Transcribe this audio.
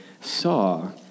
saw